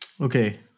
Okay